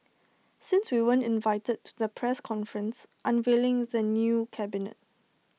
since we weren't invited to the press conference unveiling the new cabinet